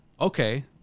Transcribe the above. okay